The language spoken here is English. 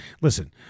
Listen